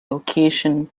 occasion